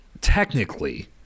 technically